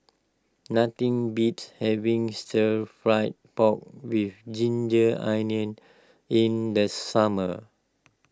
nothing beats having Stir Fried Pork with Ginger Onions in this summer